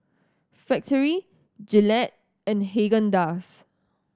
Factorie Gillette and Haagen Dazs